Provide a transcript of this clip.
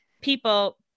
people